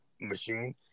machine